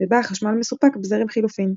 ובה החשמל מסופק בזרם חילופין.